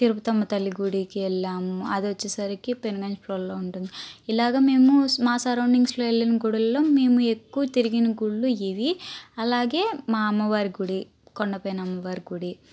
తిరుపతమ్మ తల్లి గుడికి వెళ్ళాము అది వచ్చేసరికి పెనుగంచుప్రోలులో ఉంటుంది ఇలాగా మేము మా సరౌండింగ్స్ వెళ్ళిన గుళ్ళల్లో మేము ఎక్కువ తిరిగిన గుడులు ఇవి అలాగే మా అమ్మ వారి గుడి కొండపైన అమ్మవారి గుడి